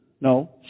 No